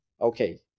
okay